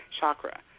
chakra